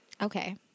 okay